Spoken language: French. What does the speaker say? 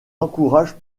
encourage